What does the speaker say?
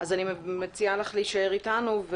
אז אני מציעה לך להישאר אתנו.